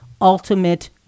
ultimate